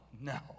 no